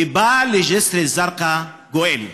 ובא לג'יסר א-זרקא גואל.